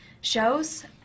shows